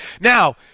now